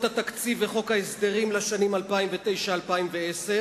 התקציב וחוק ההסדרים לשנים 2009 2010,